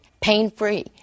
pain-free